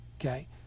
Okay